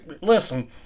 listen